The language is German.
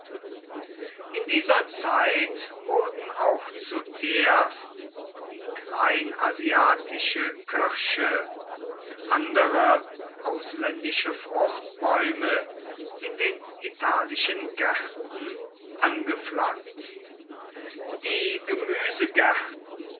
in dieser zeit wurden auch zuerst die kleinasiatische kirsche und andere ausländische fruchtbäume in den italischen gärten angepflanzt die gemüsegärten